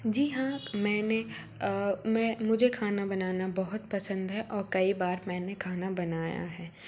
जी हाँ मैंने मैं मुझे खाना बनाना बहोत पसंद है और कई बार मैंने खाना बनाया है